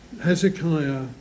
Hezekiah